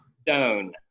stone